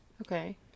Okay